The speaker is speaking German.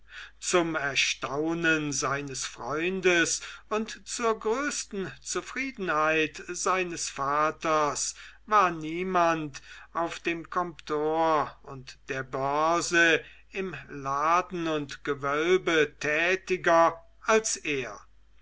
zum erstaunen seines freundes und zur größten zufriedenheit seines vaters war niemand auf dem comptoir und der börse im laden und gewölbe tätiger als er